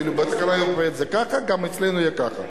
כאילו, בתקנה האירופית זה ככה, גם אצלנו יהיה ככה.